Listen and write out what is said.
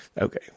Okay